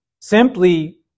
simply